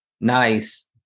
Nice